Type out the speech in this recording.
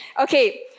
Okay